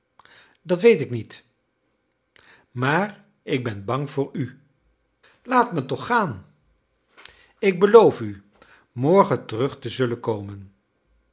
dat weet ik niet maar ik ben bang voor u laat me toch gaan ik beloof u morgen terug te zullen komen